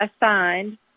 assigned